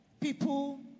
people